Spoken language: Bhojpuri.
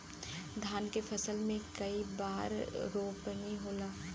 धान के फसल मे कई बार रोपनी होला?